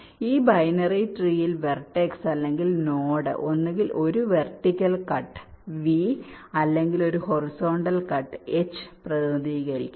ഈ ബൈനറി ട്രീയിൽ വെർട്ടെക്സ് അല്ലെങ്കിൽ നോഡ് ഒന്നുകിൽ ഒരു വെർട്ടിക്കൽ കട്ട് V അല്ലെങ്കിൽ ഒരു ഹൊറിസോണ്ടൽ കട്ട് H പ്രതിനിധീകരിക്കുന്നു